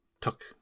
took